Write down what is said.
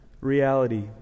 reality